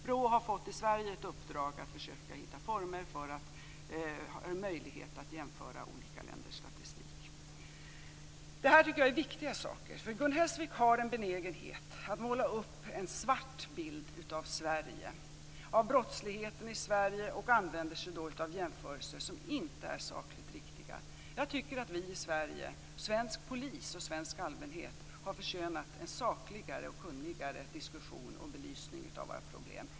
BRÅ i Sverige har fått i uppdrag att försöka hitta former för att möjliggöra en jämförelse mellan olika länders statistik. Det här tycker jag är viktiga saker. Gun Hellsvik har en benägenhet att måla upp en svart bild av brottsligheten i Sverige och använder sig då av jämförelser som inte är sakligt riktiga. Jag tycker att vi i Sverige, att svensk polis och svensk allmänhet, förtjänar en sakligare och kunnigare diskussion och belysning av våra problem.